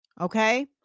okay